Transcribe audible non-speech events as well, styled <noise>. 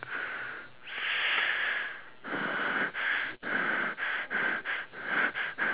<noise>